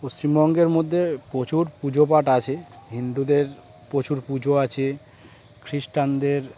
পশ্চিমবঙ্গের মধ্যে প্রচুর পুজোপাঠ আছে হিন্দুদের প্রচুর পুজো আছে খ্রিস্টানদের